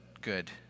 good